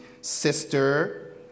Sister